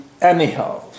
anyhow